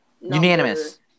unanimous